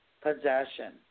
possession